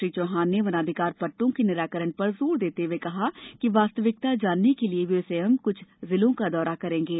श्री चौहान ने वनाधिकार पट्टों के निराकरण पर जोर देते हुए कहा कि वास्तविकता जानने के लिए वे स्वयं कुछ जिलों का दौरा करेंगे